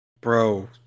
Bro